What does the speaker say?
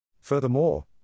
Furthermore